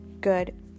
good